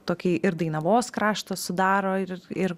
tokį ir dainavos kraštą sudaro ir ir